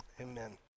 amen